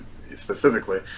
specifically